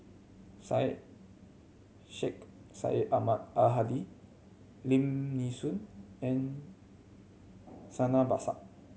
Syed Sheikh Syed Ahmad Al Hadi Lim Nee Soon and Santha Bhaskar